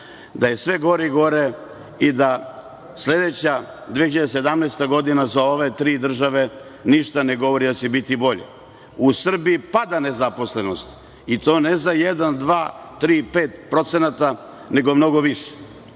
da je sve gore i gore i da sledeća 2017. godina za ove tri države ništa ne govori da će biti bolje.U Srbiji pada nezaposlenost, i to ne za jedan, dva, tri, pet procenata, nego mnogo više.